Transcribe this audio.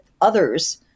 others